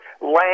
Land